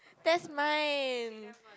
that's mine